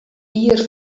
jier